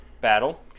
battle